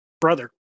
brother